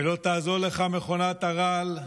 לא תעזור לך מכונת הרעל,